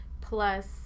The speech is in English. plus